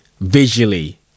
visually